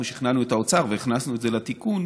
שכנענו את האוצר והכנסנו את זה לתיקון,